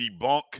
debunk